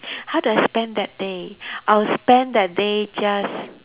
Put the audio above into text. how do I spend that day I will spend that day just